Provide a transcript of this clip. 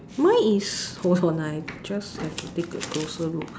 mine is hold on ah I just have to take a closer look